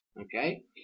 okay